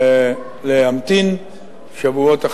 להמתין שבועות אחדים.